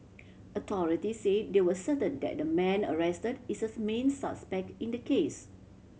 authority say they were certain that the man arrested is a main suspect in the case